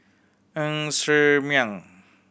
Ng Ser Miang